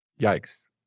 Yikes